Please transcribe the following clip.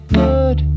good